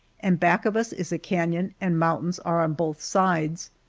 and back of us is a canon and mountains are on both sides.